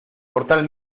portal